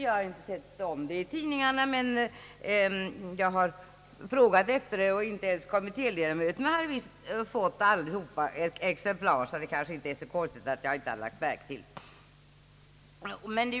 Jag har hört mig för i ärendet, men inte ens alla kommittéledamöterna tycks ha fått något exemplar av promemorian med förslaget, så det är kanske inte så konstigt att jag inte lagt märke till det.